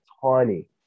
tiny